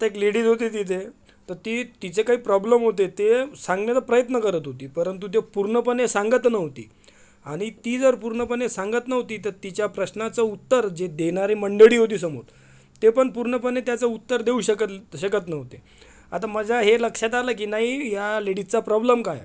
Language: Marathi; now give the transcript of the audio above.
तर एक लेडीज होती तिथे त ती तिचे काही प्रॉब्लम होते त ते सांगण्याचा प्रयत्न करत होती परंतु ते पूर्णपणे सांगत नव्हती आणि ती जर पूर्णपणे सांगत नव्हती तर तिच्या प्रश्नाचे उत्तर जे देणारी मंडळी होती समोर ते पण पूर्णपणे त्याचं उत्तर देऊ शकत शकत नव्हती आता माझ्या हे लक्षात आलं की नाही या लेडीजचा प्रॉब्लम काय आहे